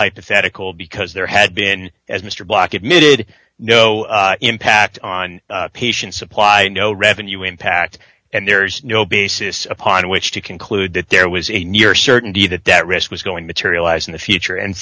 hypothetical because there had been as mr black admitted no impact on patient supply no revenue impact and there is no basis upon which to conclude that there was a near certainty that that risk was going materialize in the future and